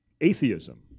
atheism